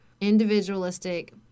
individualistic